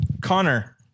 Connor